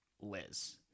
Liz